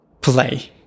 play